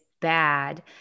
bad